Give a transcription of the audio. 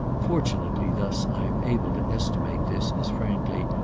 fortunately thus i am able to estimate this as, frankly,